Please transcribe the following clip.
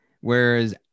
whereas